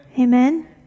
Amen